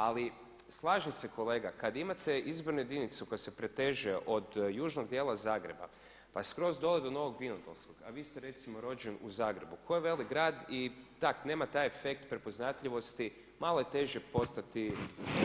Ali slažem se kolega, kada imate izbornu jedinicu koja se preteže od južnog dijela Zagreba pa skroz dolje do Novog Vinodolskog, a vi ste recimo rođen u Zagrebu koji je veliki grad i tak nema taj efekt prepoznatljivosti malo je teže postati